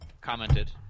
commented